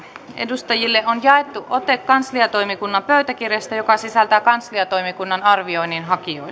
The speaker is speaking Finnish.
edustajille on jaettu ote kansliatoimikunnan pöytäkirjasta joka sisältää kansliatoimikunnan arvioinnin hakijoista